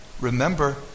remember